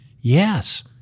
Yes